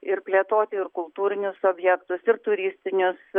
ir plėtoti ir kultūrinius objektus ir turistinius